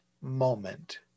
moment